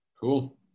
Cool